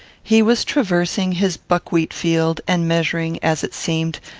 he was traversing his buckwheat-field, and measuring, as it seemed,